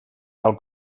tal